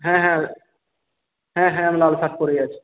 হ্যাঁ হ্যাঁ হ্যাঁ হ্যাঁ আমি লাল শার্ট পরেই আছি